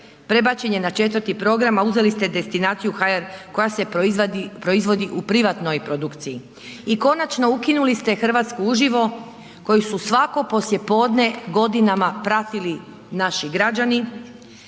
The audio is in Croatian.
prebačen je na 4. program, a uzeli ste destinaciju HR koja je proizvodi u privatnoj produkciji. I konačno ukinuli ste Hrvatsku uživo koju su svako poslijepodne godinama pratili naši građani,